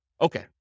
Okay